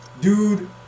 Dude